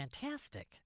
fantastic